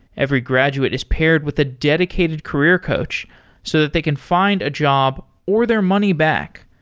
every graduate is paired with a dedicated career coach so that they can find a job or their money back.